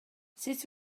sut